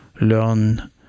learn